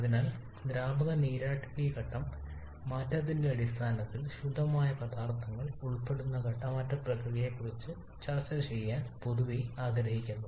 അതിനാൽ ദ്രാവക നീരാവി ഘട്ടം മാറ്റത്തിന്റെ അടിസ്ഥാനത്തിൽ ശുദ്ധമായ പദാർത്ഥങ്ങൾ ഉൾപ്പെടുന്ന ഘട്ടം മാറ്റ പ്രക്രിയയെക്കുറിച്ച് ചർച്ച ചെയ്യാൻ പൊതുവെ ആഗ്രഹിക്കുന്നു